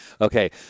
Okay